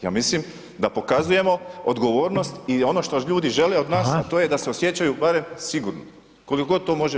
Ja mislim da pokazujemo odgovornost i ono što ljudi žele od nas [[Upadica: Hvala.]] a to je da se osjećaju barem sigurno, koliko god to može biti sigurno.